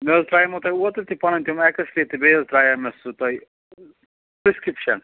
مےٚ حظ ترٛاومَو تۄہہِ اوٚتٕرٕ تہِ پَنٕنۍ تِم اٮ۪کٕسرے تہٕ بیٚیہِ حظ ترٛاومے سُہ تۄہہ پرٛسکِپشَن